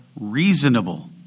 reasonable